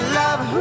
love